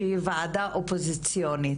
שהיא וועדה אופוזיציונית,